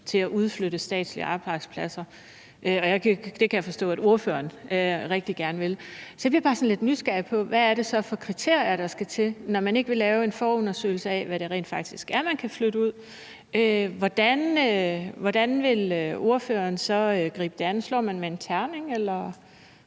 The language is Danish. til at udflytte statslige arbejdspladser. Det kan jeg forstå at ordføreren rigtig gerne vil. Så jeg bliver bare sådan lidt nysgerrig på, hvad det så er for kriterier, der skal til, når man ikke vil lave en forundersøgelse af, hvad det rent faktisk er, man kan flytte ud. Hvordan vil ordføreren så gribe det an? Slår man med en terning, eller